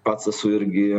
pats esu irgi